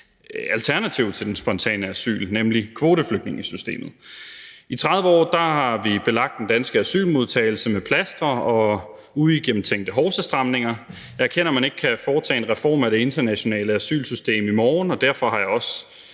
alternativ til det spontane asyl, nemlig kvoteflygtningesystemet. I 30 år har vi belagt den vi danske asylmodtagelse med plastre og uigennemtænkte hovsastramninger. Jeg erkender, at man ikke kan foretage en reform af det internationale asylsystem i morgen, og derfor har jeg også